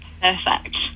perfect